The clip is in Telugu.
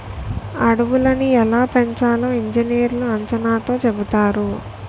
అడవులని ఎలా పెంచాలో ఇంజనీర్లు అంచనాతో చెబుతారు